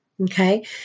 okay